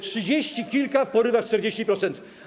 Trzydzieści kilka, w porywach 40%.